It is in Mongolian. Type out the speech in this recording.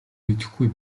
мэдэхгүй